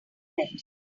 bed